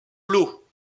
l’eau